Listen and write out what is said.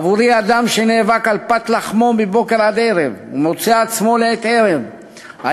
עבורי אדם שנאבק על פת לחמו מבוקר עד ערב ומוצא את עצמו לעת ערב עייף,